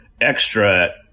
extra